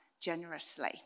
generously